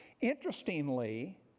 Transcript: Interestingly